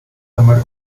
einmal